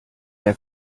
der